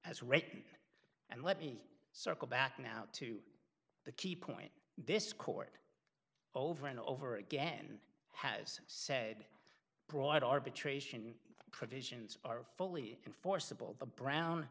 as written and let me circle back now to the key point this court over and over again has said broad arbitration provisions are fully enforceable the brown